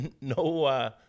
no